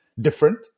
different